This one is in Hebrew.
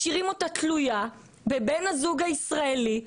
משאירים אותה תלויה בבן הזוג הישראלי,